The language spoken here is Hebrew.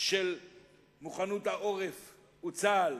של מוכנות העורף וצה"ל